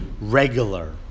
regular